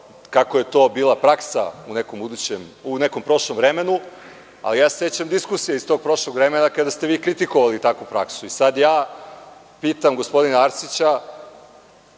kako je to bila praksa u nekom prošlom vremenu. Sećam se diskusije iz tog prošlog vremena, kada smo mi kritikovali takvu praksu. Sada pitam gospodina Arsića